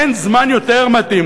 אין זמן יותר מתאים,